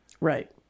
Right